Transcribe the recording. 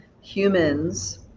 humans